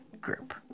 group